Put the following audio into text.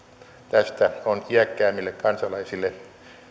tästä on iäkkäimmille kansalaisille